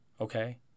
okay